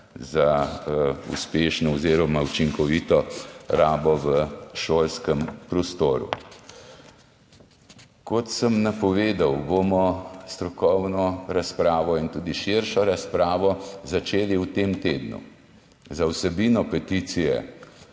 za uspešno oziroma učinkovito rabo v šolskem prostoru. Kot sem napovedal, bomo strokovno razpravo in tudi širšo razpravo začeli v tem tednu. Na vsebino peticije